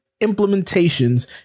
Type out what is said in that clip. implementations